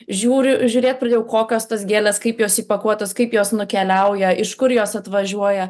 žiūriu žiūrėt pradėjau kokios tos gėlės kaip jos įpakuotos kaip jos nukeliauja iš kur jos atvažiuoja